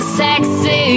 sexy